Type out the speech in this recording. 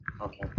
Okay